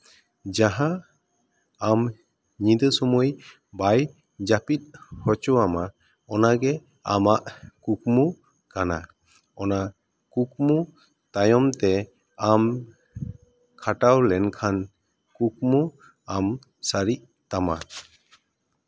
ᱡᱟᱦᱟᱸ ᱟᱢ ᱧᱤᱫᱟᱹ ᱥᱚᱢᱚᱭ ᱵᱟᱭ ᱡᱟᱹᱯᱤᱫ ᱦᱚᱪᱚ ᱟᱢᱟ ᱚᱱᱟᱜᱮ ᱟᱢᱟᱜ ᱠᱩᱠᱢᱩ ᱠᱟᱱᱟ ᱚᱱᱟ ᱠᱩᱠᱢᱩ ᱛᱟᱭᱚᱢᱛᱮ ᱟᱢ ᱠᱷᱟᱴᱟᱣ ᱞᱮᱱᱠᱷᱟᱱ ᱠᱩᱠᱢᱩ ᱟᱢ ᱥᱟᱹᱨᱤᱜ ᱛᱟᱢᱟ